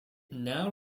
now